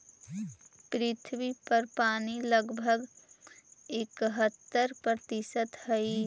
पृथ्वी पर पानी लगभग इकहत्तर प्रतिशत हई